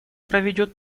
проведет